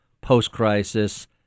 post-crisis